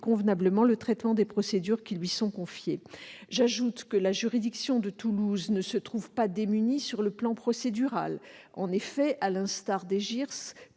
convenablement le traitement des procédures qui lui sont confiées. J'ajoute que la juridiction de Toulouse ne se trouve pas démunie sur le plan procédural. En effet, à l'instar des